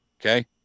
Okay